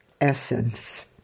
essence